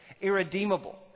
irredeemable